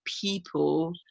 people